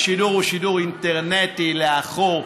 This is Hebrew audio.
השידור הוא שידור אינטרנטי לאחור.